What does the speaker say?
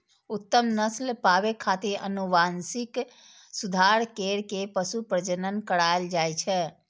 उत्तम नस्ल पाबै खातिर आनुवंशिक सुधार कैर के पशु प्रजनन करायल जाए छै